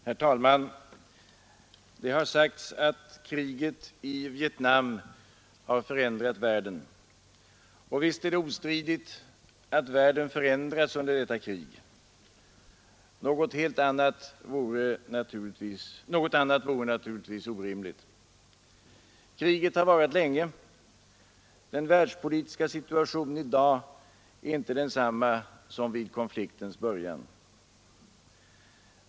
Herr talman! Det har sagts att kriget i Vietnam förändrat världen. Och visst är det ostridigt att världen förändrats under detta krig. Något annat vore naturligtvis orimligt. Kriget har varat länge. Den världspolitiska situationen är i dag inte densamma som vid konfliktens början.